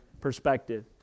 perspective